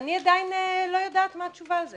- אני עדיין לא יודעת מה התשובה על זה.